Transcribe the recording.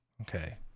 Okay